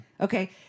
Okay